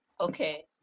Okay